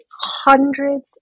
hundreds